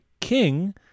king